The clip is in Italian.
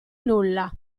nulla